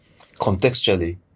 contextually